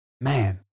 man